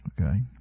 okay